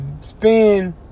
spend